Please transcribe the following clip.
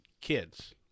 kids